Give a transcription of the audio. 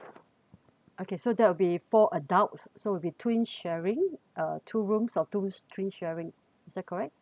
okay so that would be four adults so will be twin sharing uh two rooms or two three sharing is that correct